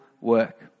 work